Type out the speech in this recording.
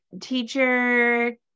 teacher